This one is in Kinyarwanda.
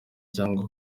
cyangwa